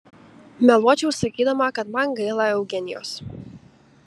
meluočiau sakydama kad man gaila eugenijos